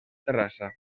terrassa